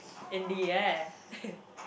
in the air